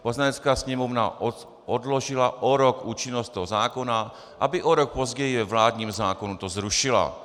Poslanecká sněmovna odložila o rok účinnost toho zákona, aby o rok později ve vládním zákonu to zrušila.